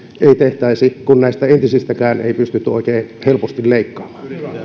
ei tehtäisi kun näistä entisistäkään ei pystytty oikein helposti leikkaamaan